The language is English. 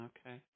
Okay